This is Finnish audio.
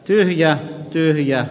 pyöriä pyöriä